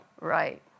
Right